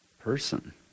person